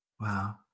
wow